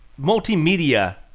multimedia